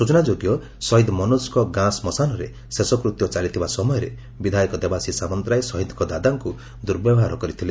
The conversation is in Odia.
ସ୍ଟଚନାଯୋଗ୍ୟ ଶହୀଦ୍ ମନୋଜ୍ଙ୍ଙ ଗାଁ ଶ୍ରୁଶାନରେ ଶେଷକୃତ୍ୟ ଚାଲିଥିବା ସମୟରେ ବିଧାୟକ ଦେବାଶିଷ ସାମନ୍ତରାୟ ଶହୀଦ୍ଙ୍ ଦାଦାଙ୍ଙ୍ ଦୁର୍ବ୍ୟବହାର କରିଥିଲେ